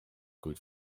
kuid